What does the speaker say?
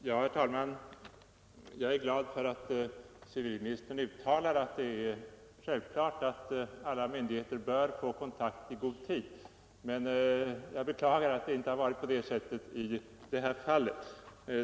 Herr talman! Jag är glad för att civilministern uttalar att det är självklart att alla myndigheter bör kontaktas i god tid, men jag beklagar att det inte har varit på det sättet i det här fallet.